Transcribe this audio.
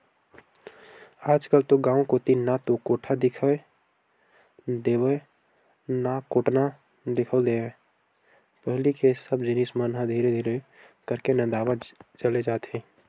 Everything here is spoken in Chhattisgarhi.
आजकल तो गांव कोती ना तो कोठा दिखउल देवय ना कोटना दिखउल देवय पहिली के सब जिनिस मन ह धीरे धीरे करके नंदावत चले जात हे